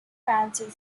fantasy